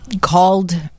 called